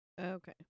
Okay